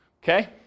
Okay